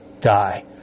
die